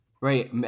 Right